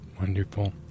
Wonderful